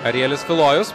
arielis tulojus